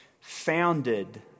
founded